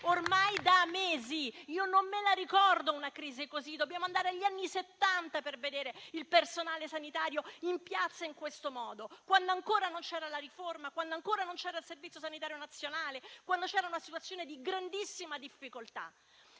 ormai da mesi. Non ricordo una crisi come questa. Dobbiamo andare agli anni Settanta per vedere il personale sanitario in piazza in questo modo, quando ancora non c'era la riforma, quando ancora non c'era il Servizio sanitario nazionale, quando c'era una situazione di grandissima difficoltà.